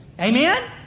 Amen